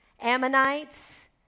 Ammonites